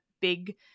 big